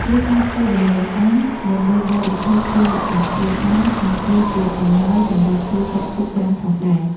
យើងអាចធ្វើដំទ្បូងអាំង ដើម្បីបរិភោគជាលក្ខណៈគ្រួសារ និងធ្វើជាអំណោយសម្រាប់សួរសុខទុក្ខបានផងដែរ។